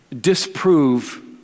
disprove